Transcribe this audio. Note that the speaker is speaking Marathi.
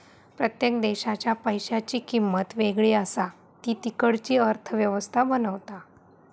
प्रत्येक देशाच्या पैशांची किंमत वेगळी असा ती तिकडची अर्थ व्यवस्था बनवता